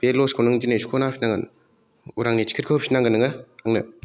बे लसखौ नों दिनै सुख'ना होफिननांगोन उरांनि टिकेटखौ होफिननांगोन नोङो आंनो